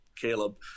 Caleb